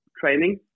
training